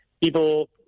people